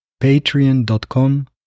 patreon.com